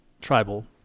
tribal